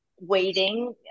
waiting